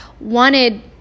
wanted